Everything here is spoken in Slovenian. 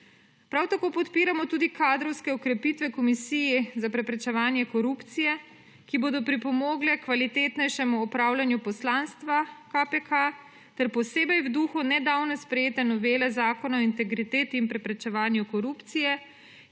Prav tako podpiramo tudi kadrovske okrepitve v Komisiji za preprečevanje korupcije, ki bodo pripomogle h kvalitetnejšemu opravljanju poslanstva KPK ter posebej v duhu nedavno sprejete novele Zakona o integriteti in preprečevanju korupcije,